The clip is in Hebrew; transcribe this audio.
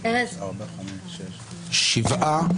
שבעה,